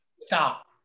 Stop